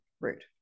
route